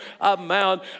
amount